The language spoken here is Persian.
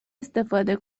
استفاده